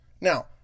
Now